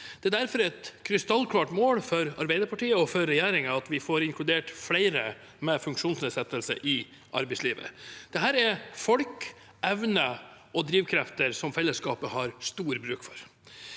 Det er derfor et krystallklart mål for Arbeiderpartiet og for regjeringen at vi får inkludert flere med funksjonsnedsettelse i arbeidslivet. Dette er folk, evner og drivkrefter som felles skapet har stor bruk for.